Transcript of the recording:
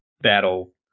battle